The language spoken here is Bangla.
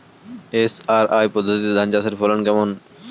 এস.আর.আই পদ্ধতিতে ধান চাষের ফলন কেমন?